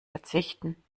verzichten